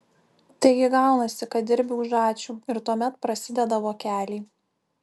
taigi gaunasi kad dirbi už ačiū ir tuomet prasideda vokeliai